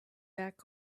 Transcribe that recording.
back